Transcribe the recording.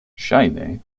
ŝajne